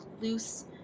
loose